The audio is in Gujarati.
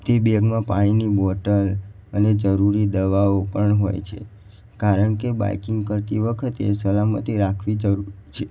તે બેગમાં પાણીની બૉટલ અને જરૂરી દવાઓ પણ હોય છે કારણ કે બાઈકિંગ કરતી વખતે સલામતી રાખવી જરૂરી છે